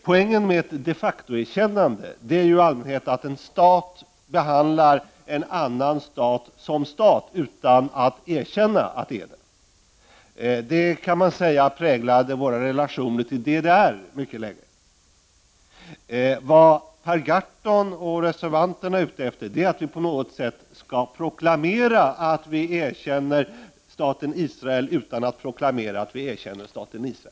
Poängen med ett de facto-erkännande är i allmänhet att en stat behandlar en annan stat som stat, utan att erkänna att det är en stat. Detta, kan man säga, präglade våra relationer till DDR mycket länge. Vad Per Gahrton och den andre reservanten är ute efter är att vi på något sätt skall proklamera att vi erkänner staten Palestina utan att proklamera att vi erkänner staten Palestina.